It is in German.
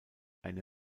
eine